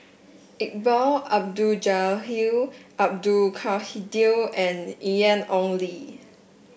Iqbal Abdul Jalil Hill Abdul Kadir and Ian Ong Li